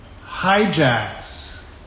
hijacks